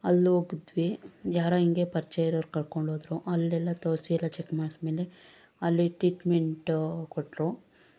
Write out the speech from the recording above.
ಅಲ್ಲಿ ಹೋಗಿದ್ವಿ ಯಾರೋ ಹಿಂಗೇ ಪರಿಚಯ ಇರೋರು ಕರ್ಕೊಂಡು ಹೋದ್ರು ಅಲ್ಲೆಲ್ಲ ತೋರಿಸಿ ಎಲ್ಲ ಚೆಕ್ ಮಾಡಿಸಿದ ಮೇಲೆ ಅಲ್ಲಿ ಟ್ರೀಟ್ಮಿಂಟು ಕೊಟ್ಟರು